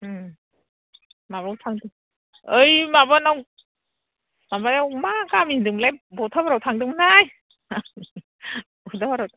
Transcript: माबायाव थांदों ओइ माबानाव माबायाव मा गामि होन्दोंमोनलाय बथाफारायाव थांदोंमोनहाय